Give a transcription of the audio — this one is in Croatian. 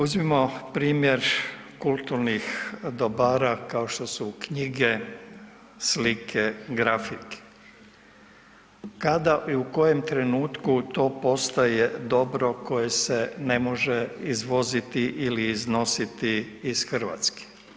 Uzmimo primjer kulturnih dobara kao što su knjige, slike, grafike kada i u kojem trenutku to postaje dobro koje se ne može izvoziti ili iznositi iz Hrvatske?